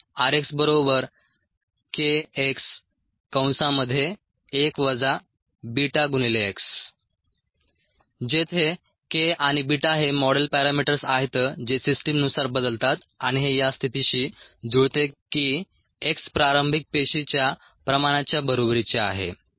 rxkx1 βx जेथे k आणि beta हे मॉडेल पॅरामीटर्स आहेत जे सिस्टीमनुसार बदलतात आणि हे या स्थितीशी जुळते की x प्रारंभिक पेशीच्या प्रमाणाच्या बरोबरीचे आहे